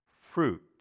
fruit